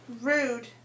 rude